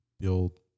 build